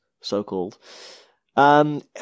so-called